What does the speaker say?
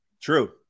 True